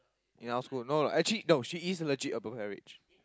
ya I should know lah actually no she is allergic to